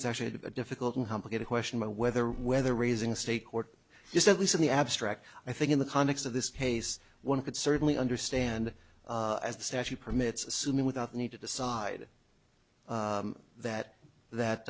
it's actually a difficult and complicated question about whether whether raising state court you said this in the abstract i think in the context of this case one could certainly understand as especially permits assuming without the need to decide that that